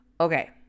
Okay